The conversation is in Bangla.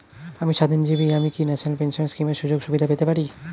আমি স্বাধীনজীবী আমি কি ন্যাশনাল পেনশন স্কিমের সুযোগ সুবিধা পেতে পারি?